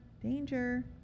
Danger